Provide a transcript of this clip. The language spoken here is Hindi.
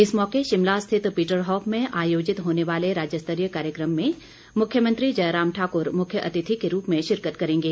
इस मौके शिमला स्थित पीटरहॉफ में आयोजित होने वाले राज्य स्तरीय कार्यक्रम में मुख्यमंत्री जयराम ठाकुर मुख्य अतिथि के रूप में शिरकत करेंगे